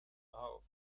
auf